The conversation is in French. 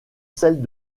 celles